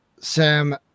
Sam